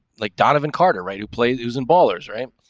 like donovan carter, right to play using ballers, right?